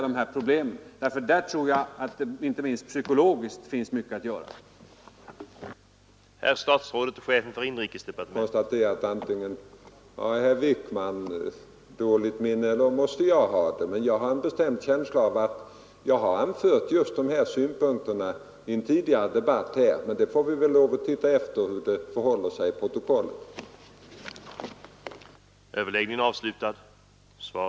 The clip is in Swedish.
Inte minst psykologiskt tror jag att det finns mycket att göra där!